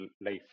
life